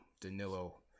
Danilo